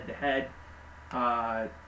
head-to-head